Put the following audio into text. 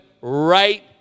right